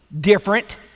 different